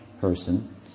person